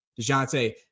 DeJounte